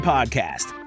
Podcast